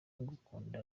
agukunda